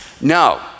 No